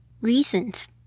Reasons